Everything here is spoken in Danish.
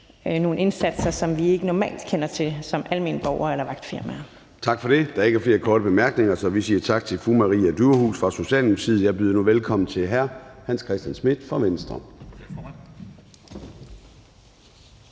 indsatser, som vi normalt ikke kender til som almene borgere eller vagtfirmaer. Kl. 12:57 Formanden (Søren Gade): Der er ikke flere korte bemærkninger, så vi siger tak til fru Maria Durhuus fra Socialdemokratiet. Jeg byder nu velkommen til hr. Hans Christian Schmidt fra Venstre.